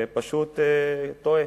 פשוט טועה.